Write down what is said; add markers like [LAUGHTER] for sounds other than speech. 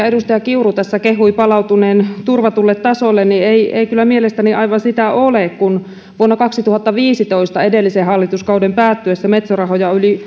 [UNINTELLIGIBLE] edustaja kiuru tässä kehui metso rahoituksen palautuneen turvatulle tasolle se ei mielestäni aivan näin ole kun vuonna kaksituhattaviisitoista edellisen hallituskauden päättyessä metso rahoja